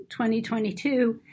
2022